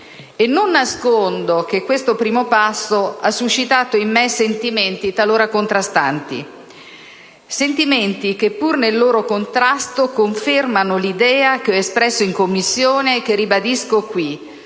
E non nascondo che questo primo passo ha suscitato in me sentimenti talora contrastanti. Sentimenti che, pur nel loro contrasto, confermano l'idea che ho espresso in Commissione e che ribadisco qui: